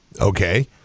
Okay